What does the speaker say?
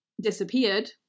disappeared